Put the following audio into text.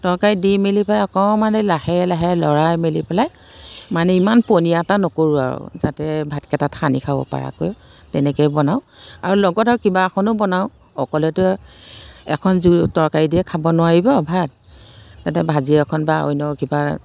তৰকাৰীত দি মেলি পেলাই অকণমান দেৰি লাহে লাহে লৰাই মেলি পেলাই মানে ইমান পনীয়া এটা নকৰোঁ আৰু যাতে ভাতকেইটাত সানি খাব পৰাকৈ তেনেকেই বনাওঁ আৰু লগত আৰু কিবা এখনো বনাওঁ অকলেতো আৰু এখন জো তৰকাৰী দিয়ে খাব নোৱাৰিব ভাত তাতে ভাজি এখন বা অন্য কিবা